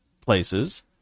places